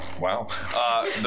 Wow